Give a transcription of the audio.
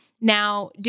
Now